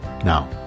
Now